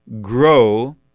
grow